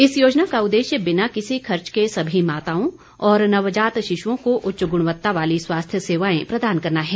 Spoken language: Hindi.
इस योजना का उद्देश्य बिना किसी खर्च के सभी माताओं और नवजात शिश्ओं को उच्च गुणवत्ता वाली स्वास्थ्य सेवाएं प्रदान करना है